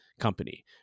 company